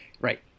right